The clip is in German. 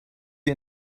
wir